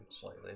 slightly